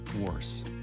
worse